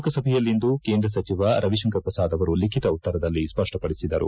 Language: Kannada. ಲೋಕಸಭೆಯಲ್ಲಿಂದು ಕೇಂದ್ರ ಸಚಿವ ರವಿಶಂಕರ್ ಪ್ರಸಾದ್ ಅವರು ಲಿಖಿತ ಉತ್ತರದಲ್ಲಿ ಸ್ಪಷ್ಟಪಡಿಸಿದರು